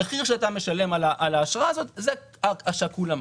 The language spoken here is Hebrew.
המחיר שאתה משלם על האשרה הזו שקול למס.